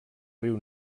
riu